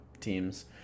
teams